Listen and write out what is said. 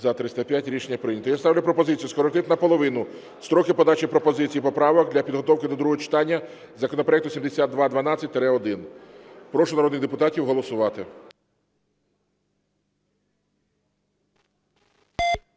За-305 Рішення прийнято. Я ставлю пропозицію скоротити наполовину строки подачі пропозицій і поправок для підготовки до другого читання законопроекту 7212-1. Прошу народних депутатів голосувати.